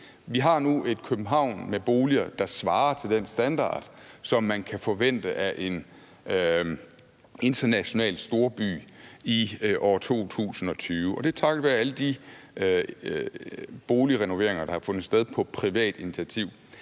Vi har nu et København med boliger, der svarer til den standard, som man kan forvente af en international storby i år 2020, og det er takket være alle de boligrenoveringer, der har fundet sted på privat initiativ.